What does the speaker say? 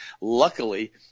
Luckily